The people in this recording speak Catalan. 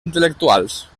intel·lectuals